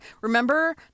Remember